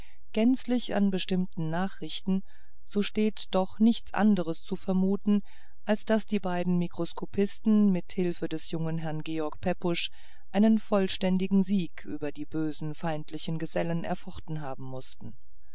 gänzlich an bestimmten nachrichten so steht doch nichts anders zu vermuten als daß die beiden mikroskopisten mit hilfe des jungen herrn george pepusch einen vollständigen sieg über die bösen feindlichen gesellen erfochten haben mußten